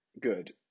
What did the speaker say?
good